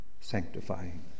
sanctifying